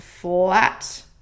flat